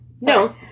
No